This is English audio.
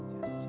Yes